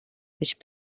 which